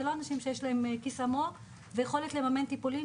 זה לא אנשים שיש להם יכולת לממן טיפולים,